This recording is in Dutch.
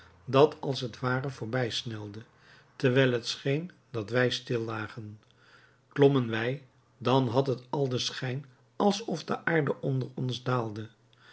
dat als het ware voorbij snelde terwijl het scheen dat wij stil lagen klommen wij dan had het al den schijn alsof de aarde onder ons